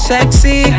Sexy